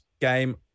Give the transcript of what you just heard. game